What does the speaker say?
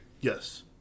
Yes